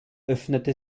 öffnete